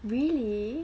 really